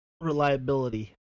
reliability